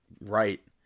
right